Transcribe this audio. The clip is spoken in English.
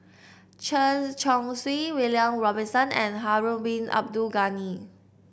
Chen Chong Swee William Robinson and Harun Bin Abdul Ghani